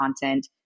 content